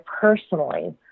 personally